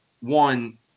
one